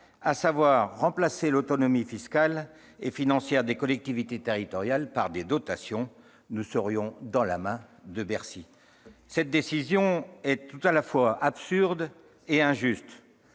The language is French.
à savoir remplacer l'autonomie fiscale et financière des collectivités territoriales par des dotations. Nous serions dans la main de Bercy. Or cette décision est tout à la fois absurde et injuste.